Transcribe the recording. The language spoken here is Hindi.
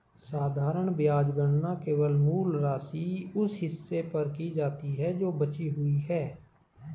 साधारण ब्याज गणना केवल मूल राशि, उस हिस्से पर की जाती है जो बची हुई है